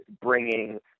bringing